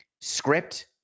script